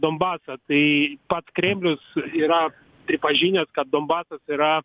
donbasą tai pats kremlius yra pripažinęs kad donbasas yra